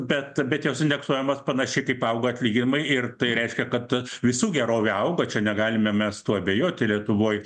bet bet jos indeksuojamos panašiai kaip auga atlyginimai ir tai reiškia kad visų gerovė auga čia negalime mes tuo abejoti lietuvoj